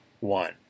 one